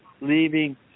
leaving